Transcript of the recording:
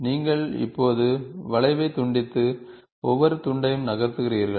நீங்கள் இப்போது வளைவைத் துண்டித்து ஒவ்வொரு துண்டையும் நகர்த்துகிறீர்கள்